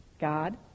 God